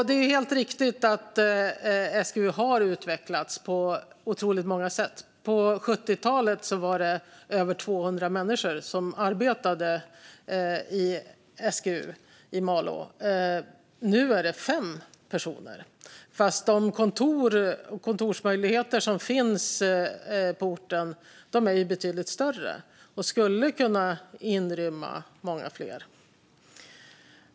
Det är helt riktigt att SGU har utvecklats på otroligt många sätt. På 70talet var det över 200 människor som arbetade i SGU i Malå. Nu är det 5 personer. Men kontorsmöjligheterna på orten är betydligt större, och man skulle kunna inrymma många fler.